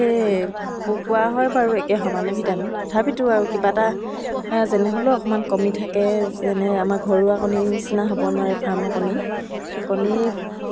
সেইটো কামত চিলাই এম্ব্ৰইডাৰী কামত বেছিকৈ সময় দিব পৰা হৈছিলোঁ আগতে পঢ়া বা কিবা কিবি সমস্যাবিলাক আছিলে ত' এতিয়া মোৰ